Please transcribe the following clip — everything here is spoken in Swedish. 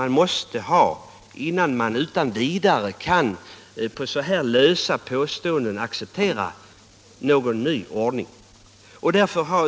På så här lösa påståenden kan man inte acceptera en ny ordning.